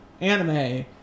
anime